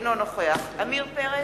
אינו נוכח עמיר פרץ,